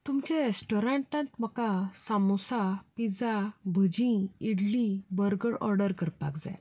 तुमच्या रॅस्टॉरंटांत म्हाका सामोसा पिज्जा भजीं इडली बर्गर ऑर्डर करपाक जाय